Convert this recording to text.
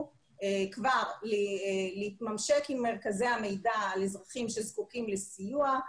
כבר להתממשק עם מרכזי המידע על אזרחים שזקוקים לסיוע,